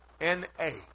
N-A